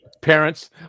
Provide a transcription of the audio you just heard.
parents